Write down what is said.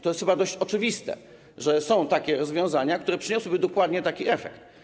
To jest chyba dość oczywiste, że są takie rozwiązania, które przyniosłyby dokładnie taki efekt.